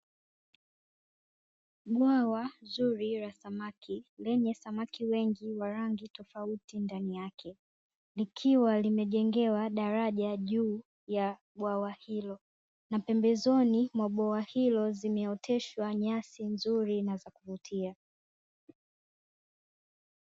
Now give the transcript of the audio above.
Bwawa zuri la samaki lenye samaki wengi wa rangi tofauti ndani yake, likiwa limejengewa daraja juu ya bwawa hilo. Na pembezoni mwa bwawa hilo zimeoteshwa nyasi nzuri na za kuvutia.